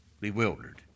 bewildered